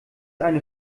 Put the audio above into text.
eine